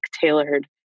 tailored